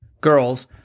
Girls